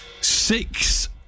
Six